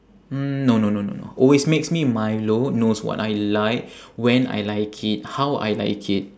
mm no no no no always makes me milo knows what I like when I like it how I like it